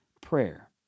prayer